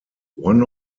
one